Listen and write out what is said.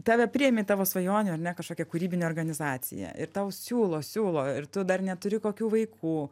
tave priėmė į tavo svajonių ar ne kažkokią kūrybinę organizaciją ir tau siūlo siūlo ir tu dar neturi kokių vaikų